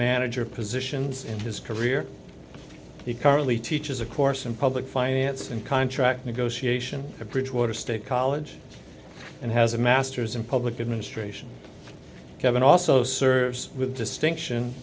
manager positions in his career he currently teaches a course in public finance and contract negotiation at bridgewater state college and has a master's in public administration kevin also serves with distinction